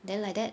then like that